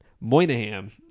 Moynihan